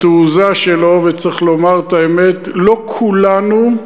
בתעוזה שלו, וצריך לומר את האמת, לא כולנו,